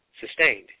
sustained